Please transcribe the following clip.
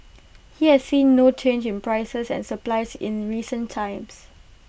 he has seen no change in prices and supplies in recent times